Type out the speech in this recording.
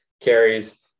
carries